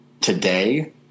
today